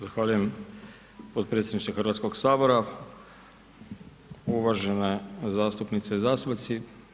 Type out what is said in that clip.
Zahvaljujem potpredsjedniče Hrvatskoga sabora, uvažene zastupnice i zastupnici.